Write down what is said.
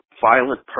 violent